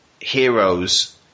heroes